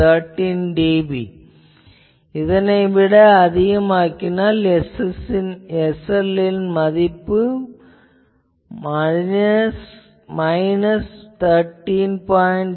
நீங்கள் இதனை விட அதிகமாக்கினால் SLL என்பதன் மதிப்பு மைனஸ் 13